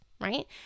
right